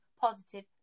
positive